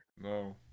No